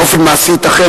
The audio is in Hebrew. באופן מעשי ייתכן,